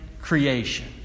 creation